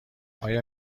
آیا